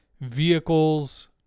vehicles